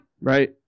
right